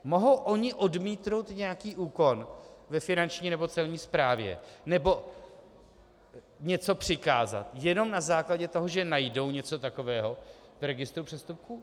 Mohou oni odmítnout nějaký úkon ve Finanční nebo Celní správě nebo něco přikázat jenom na základě toho, že najdou něco takového v registru přestupků?